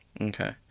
Okay